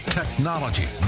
technology